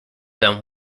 them